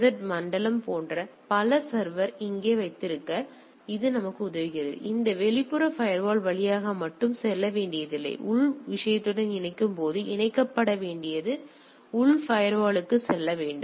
jet மண்டலம் போன்ற பல சர்வர் இங்கே வைத்திருக்க இது நமக்கு உதவுகிறது இந்த வெளிப்புற ஃபயர்வால் வழியாக மட்டும் செல்ல வேண்டியதில்லை உள் விஷயத்துடன் இணைக்கும்போது இணைக்கப்பட வேண்டியது உள் ஃபயர்வாலுக்குச் செல்ல வேண்டும்